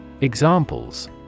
Examples